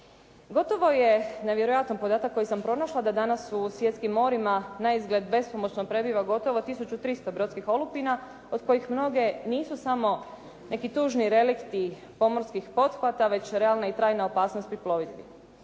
Gotovo je nevjerojatan podatak koji sam pronašla da danas u svjetskim morima naizgled bespomoćno prebiva gotovo 1300 brodskih olupina, od kojih mnoge nisu samo neki tužni relikti pomorskih pothvata već realna i trajna opasnost pri plovidbi.